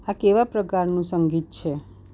આ કેવા પ્રકારનું સંગીત છે